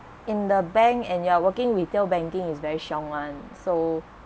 in the bank and you are working retail banking is very siong [one] so